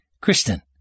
Kristen